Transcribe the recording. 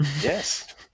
yes